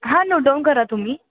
हा नोटडाऊन करा तुम्ही